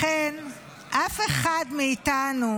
לכן אף אחד מאיתנו,